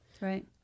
right